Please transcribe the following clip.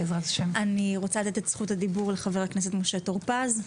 אני רוצה לתת את רשות הדיבור לחבר הכנסת משה טור פז,